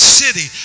city